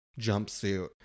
jumpsuit